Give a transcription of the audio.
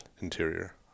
Interior